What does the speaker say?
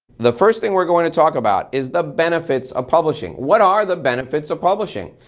the first thing we're going to talk about is the benefits of publishing. what are the benefits of publishing?